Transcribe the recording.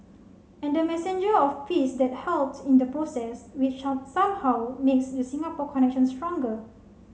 and the messenger of peace that helped in the process which up somehow makes the Singapore connection stronger